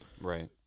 right